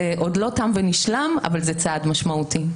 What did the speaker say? עוד לא תם ונשלם, אבל זה צעד משמעותי.